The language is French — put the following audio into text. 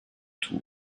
tour